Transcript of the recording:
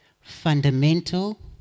fundamental